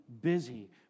busy